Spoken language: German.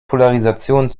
polarisation